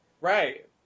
right